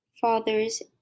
father's